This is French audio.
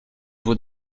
vous